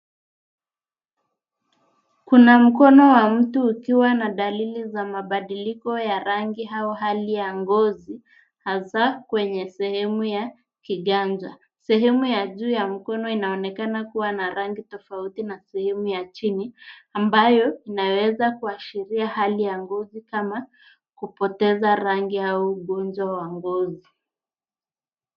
Kuna mkono wa mtu ukiwa na dalili za mabadiliko ya rangi, au hali ya ngozi hasa kwenye sehemu ya kiganja. Sehemu ya juu ya mkono inaonekana kuwa na rangi tofauti na sehemu ya chini, ambayo inaweza kuashiria hali ya ngozi kama kupoteza rangi au ugonjwa wa ngozi.